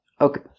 Okay